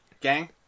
gang